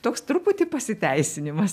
toks truputį pasiteisinimas